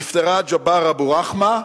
נפטרה ג'והאר אבו רחמה,